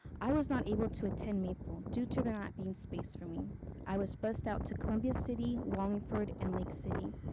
i was not able to attend maple due to not being space for when i was bussed out to columbia city wallingford and lake city.